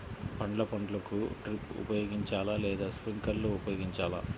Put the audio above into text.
పండ్ల పంటలకు డ్రిప్ ఉపయోగించాలా లేదా స్ప్రింక్లర్ ఉపయోగించాలా?